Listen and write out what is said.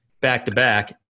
back-to-back